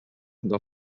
del